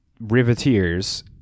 Riveteers